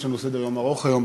יש לנו סדר-יום ארוך היום.